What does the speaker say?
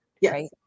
yes